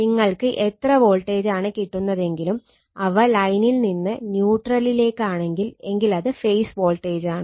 നിങ്ങൾക്ക് എത്ര വോൾട്ടേജാണ് കിട്ടുന്നതെങ്കിലും അവ ലൈനിൽ നിന്ന് ന്യൂട്രലിലേക്കാണെങ്കിൽ എങ്കിലത് ഫേസ് വോൾട്ടേജാണ്